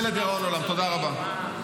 תודה רבה.